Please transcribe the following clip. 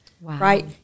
right